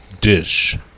dish